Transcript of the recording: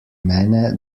mene